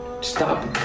stop